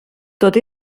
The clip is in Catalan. tot